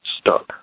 stuck